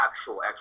actual